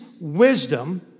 wisdom